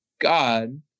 God